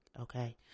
Okay